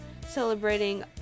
celebrating